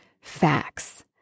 facts